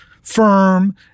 firm